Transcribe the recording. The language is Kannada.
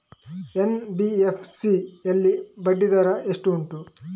ಎನ್.ಬಿ.ಎಫ್.ಸಿ ಯಲ್ಲಿ ಬಡ್ಡಿ ದರ ಎಷ್ಟು ಉಂಟು?